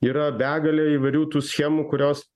yra begalė įvairių tų schemų kurios